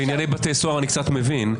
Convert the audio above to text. בענייני בתי סוהר אני קצת מבין,